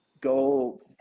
go